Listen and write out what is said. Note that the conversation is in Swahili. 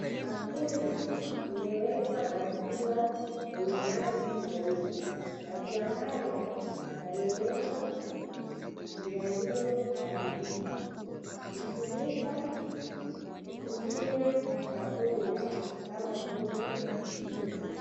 Bakuli imewekwa maziwa yenye rangi nyeupe, maziwa haya yamewekwa yaliyo haribika hutumika kulia chakula kama vile sima.